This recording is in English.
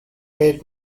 aired